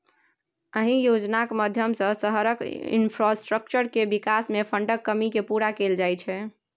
अहि योजनाक माध्यमसँ शहरक इंफ्रास्ट्रक्चर केर बिकास मे फंडक कमी केँ पुरा कएल जाइ छै